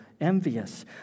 envious